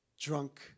drunk